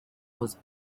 was